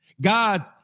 God